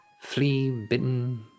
flea-bitten